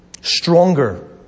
stronger